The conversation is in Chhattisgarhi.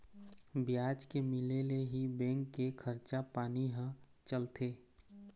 बियाज के मिले ले ही बेंक के खरचा पानी ह चलथे